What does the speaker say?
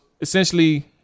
essentially